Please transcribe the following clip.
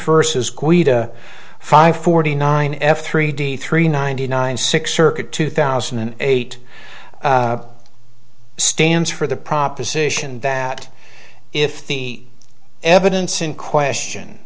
versus quita five forty nine f three d three ninety nine six circa two thousand and eight stands for the proposition that if the evidence in question